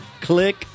click